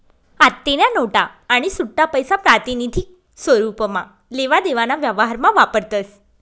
आत्तेन्या नोटा आणि सुट्टापैसा प्रातिनिधिक स्वरुपमा लेवा देवाना व्यवहारमा वापरतस